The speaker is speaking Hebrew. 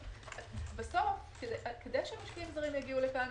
בסוף כדי שמשקיעים זרים יגיעו לכאן,